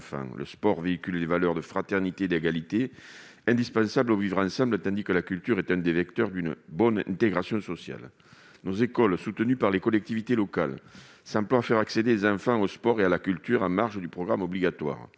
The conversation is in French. Le sport véhicule les valeurs de fraternité et d'égalité indispensables au vivre ensemble, tandis que la culture est l'un des vecteurs d'une bonne intégration sociale. Nos écoles, soutenues par les collectivités locales, s'emploient à faire accéder les enfants au sport et à la culture en marge du programme obligatoire.